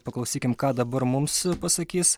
paklausykim ką dabar mums pasakys